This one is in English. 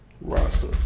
roster